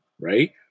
right